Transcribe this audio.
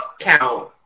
count